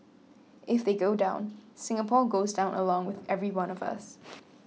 if they go down Singapore goes down along with every one of us